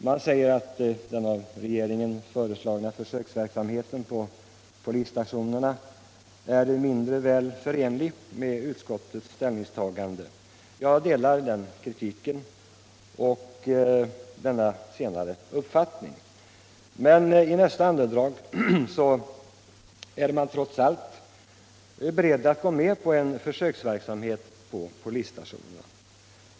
Man säger 167 att den av regeringen föreslagna försöksverksamheten på polisstationerna är mindre väl förenlig med utskottets ställningstagande, och jag instämmer i den kritiken. Men i nästa andetag är man trots allt beredd att gå med på försöksverksamhet på polisstationerna.